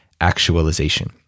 actualization